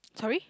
sorry